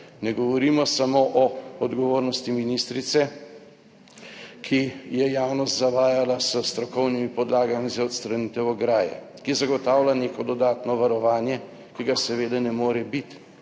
ne govorimo samo o odgovornosti ministrice, ki je javnost zavajala s strokovnimi podlagami za odstranitev ograje, ki zagotavlja neko dodatno varovanje, ki ga seveda ne more biti,